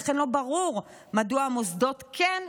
ולכן לא ברור מדוע המוסדות כן,